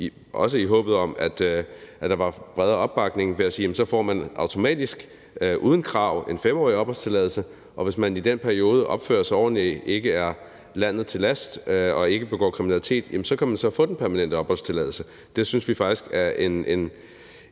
også i håbet om, at der ville være bredere opbakning – ved at sige, at så får man automatisk, uden krav, en 5-årig opholdstilladelse, og hvis man i den periode opfører sig ordentligt og ikke ligger landet til last og ikke begår kriminalitet, kan man så få den permanente opholdstilladelse. Det synes vi faktisk er en